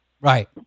Right